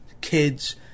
kids